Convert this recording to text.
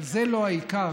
אבל זה לא העיקר,